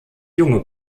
junge